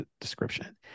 description